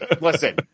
listen